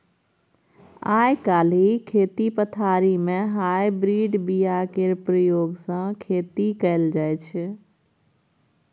आइ काल्हि खेती पथारी मे हाइब्रिड बीया केर प्रयोग सँ खेती कएल जाइत छै